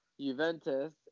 Juventus